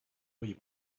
where